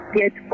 get